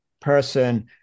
person